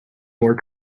more